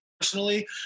personally